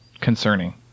concerning